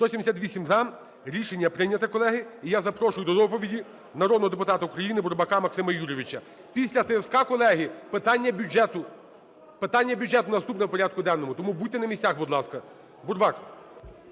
За-178 Рішення прийнято, колеги. І я запрошую до доповіді народного депутата УкраїниБурбака Максима Юрійовича. Після ТСК, колеги, питання бюджету. Питання бюджету наступне в порядку денному, тому будьте на місцях, будь ласка. Бурбак.